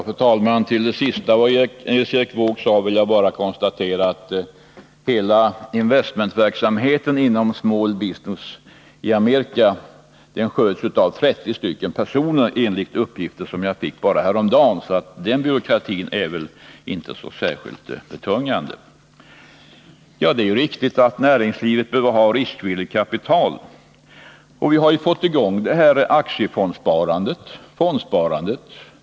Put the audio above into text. Fru talman! Till det sista Nils Erik Wååg säger vill jag bara konstatera att hela investmentverksamheten inom Small Business i Amerika sköts av 30 personer, enligt uppgifter jag fick häromdagen, så den byråkratin är väl inte så särskilt betungande. Det är riktigt att näringslivet behöver ha riskvilligt kapital. Vi har ju fått i gång aktiefondssparandet, Nils Erik Wååg.